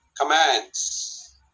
commands